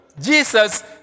Jesus